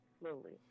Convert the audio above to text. slowly